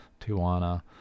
Tijuana